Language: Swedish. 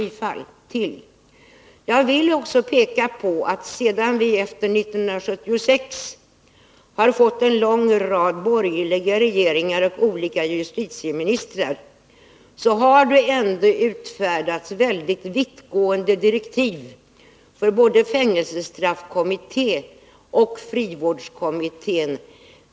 Jag vill också peka på att det sedan 1976, då vi har haft en lång rad borgerliga regeringar och olika justitieministrar, ändå har utfärdats mycket vittgående direktiv för både fängelsestraffkommittén och frivårdskommittén.